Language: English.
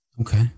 Okay